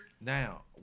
Now